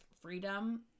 freedom